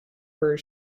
her